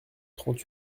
trente